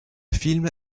film